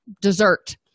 dessert